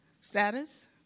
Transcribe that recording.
status